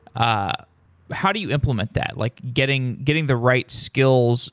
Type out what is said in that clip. ah how do you implement that like getting getting the right skills